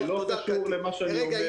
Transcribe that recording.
אבל זה לא קשור למה שאני אומר.